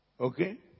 Okay